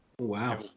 wow